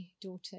daughter